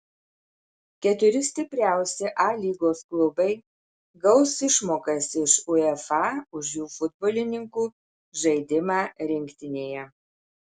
keturi stipriausi a lygos klubai gaus išmokas iš uefa už jų futbolininkų žaidimą rinktinėje